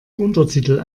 untertitel